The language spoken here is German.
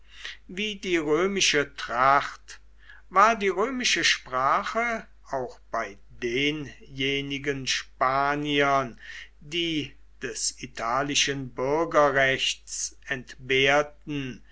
wie die römische tracht war die römische sprache auch bei denjenigen spaniern die des italischen bürgerrechts entbehrten